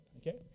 Okay